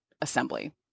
assembly